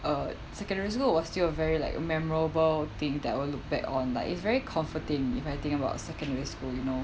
uh secondary school was still a very like a memorable thing that I will look back on like it's very comforting if I think about secondary school you know